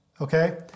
okay